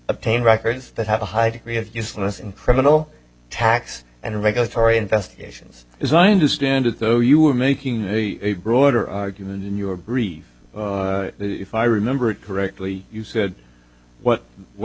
obtain records that have a high degree of usefulness in criminal tax and regulatory investigations as i understand it though you were making a broader argument in your brief if i remember correctly you said what what